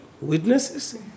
witnesses